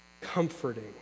comforting